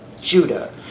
Judah